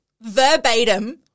verbatim